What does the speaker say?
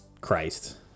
Christ